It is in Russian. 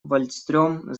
вальстрём